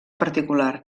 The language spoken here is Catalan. particular